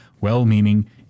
well-meaning